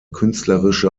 künstlerische